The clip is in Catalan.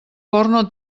porno